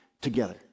together